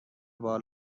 بال